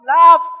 love